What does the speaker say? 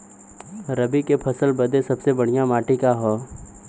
रबी क फसल बदे सबसे बढ़िया माटी का ह?